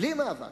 בלי מאבק,